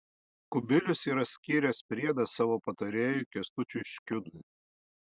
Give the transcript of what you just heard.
kubilius yra skyręs priedą savo patarėjui kęstučiui škiudui